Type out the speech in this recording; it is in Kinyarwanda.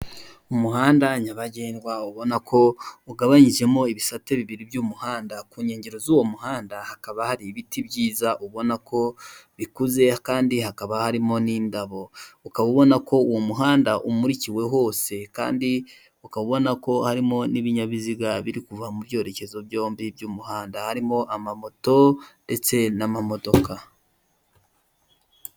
Umuhanda nyabagendwa ubona ko ugabanyijemo ibisate bibiri by'umuhanda, ku inkengero z'uwo muhanda hakaba hari ibiti byiza ubona ko bikuze kandi hakaba harimo n'indabo, ukaba ubona ko uwo muhanda umurikiwe hose kandi ukaba ubinako harimo n'ibinyabiziga birikuva mu ibyerekezo byombi by'umuhanda harimo; amamoto ndetse n'amamodoka.